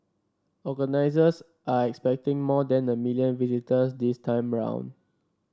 organisers are expecting more than a million visitors this time round